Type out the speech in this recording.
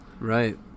right